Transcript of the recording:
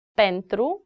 pentru